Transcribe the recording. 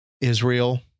Israel